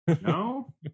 No